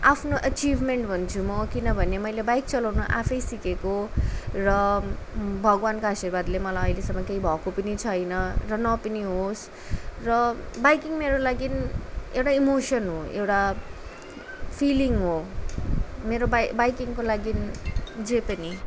आफ्नो अचिभमेन्ट भन्छु म किनभने मैले बाइक चलाउन आफै सिकेको र भगवानको आशीर्वादले मलाई अहिलेसम्म केही भएको पनि छैन र नहोस् पनि होस् र बाइकिङ मेरो लागि एउटा इमोसन हो एउटा फिलिङ हो मेरो बाइ बाइकिङको लागि जे पनि